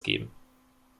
geben